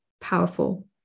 powerful